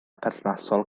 perthnasol